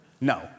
No